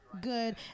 good